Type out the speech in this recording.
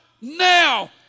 now